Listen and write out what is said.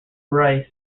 rice